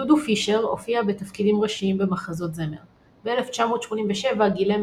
דודו פישר הופיע בתפקידים ראשיים במחזות זמר ב-1987 גילם